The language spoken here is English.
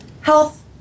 health